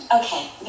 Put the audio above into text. Okay